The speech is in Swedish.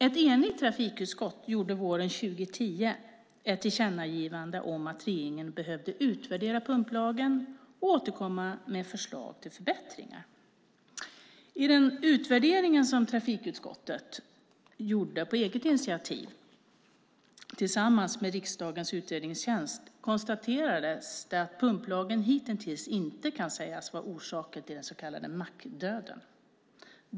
Ett enigt trafikutskott gjorde våren 2010 ett tillkännagivande om att regeringen behövde utvärdera pumplagen och återkomma med förslag till förbättringar. I den utvärdering trafikutskottet gjorde på eget initiativ tillsammans med riksdagens utredningstjänst konstaterades det att pumplagen hittills inte kan sägas vara orsak till den så kallade mackdöden.